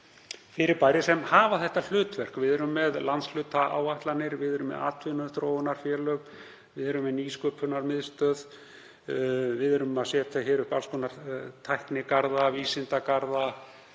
fyrirbæri sem hafa það hlutverk. Við erum með landshlutaáætlanir, við erum með atvinnuþróunarfélög, Nýsköpunarmiðstöð, við erum að setja hér upp alls konar tæknigarða og vísindagarða.